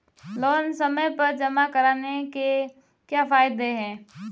Loan समय पर जमा कराने के क्या फायदे हैं?